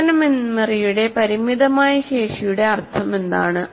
പ്രവർത്തന മെമ്മറിയുടെ പരിമിതമായ ശേഷിയുടെ അർത്ഥമെന്താണ്